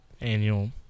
annual